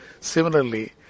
Similarly